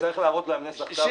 תצטרך להראות להם נסח טאבו.